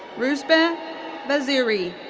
roozbeh vaziri.